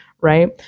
Right